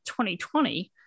2020